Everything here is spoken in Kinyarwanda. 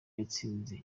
yatsinze